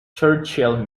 churchill